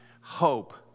hope